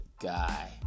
guy